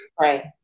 Right